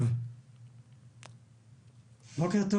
בוקר טוב